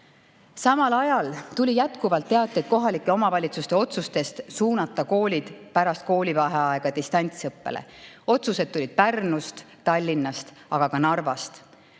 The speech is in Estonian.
Samal ajal tuli jätkuvalt teateid kohalike omavalitsuste otsustest suunata koolid pärast koolivaheaega distantsõppele. Otsused tulid Pärnust, Tallinnast, aga ka Narvast.